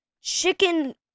chicken